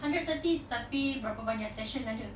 hundred thirty tapi berapa banyak session ada